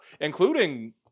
including